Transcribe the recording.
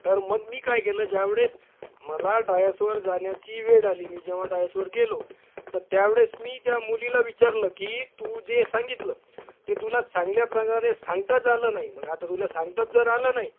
तर मग मी काय केलं ज्यावेळेस मला डायसवर जाण्याची वेळ आली मी जेव्हा डायसवर गेलो तर त्यावेळेस मी त्या मुलीला विचारलं की तू जे सांगितलं ते तुला चांगल्या प्रकारे सांगताच आलं नाही मग आता तुला सांगताच जर आलं नाही